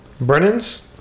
Brennan's